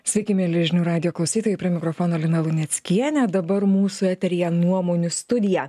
sveiki mieli žinių radijo klausytojai prie mikrofono lina luneckienė dabar mūsų eteryje nuomonių studija